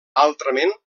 altrament